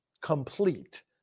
complete